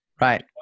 Right